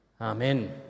Amen